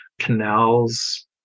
canals